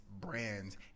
brands